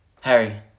Harry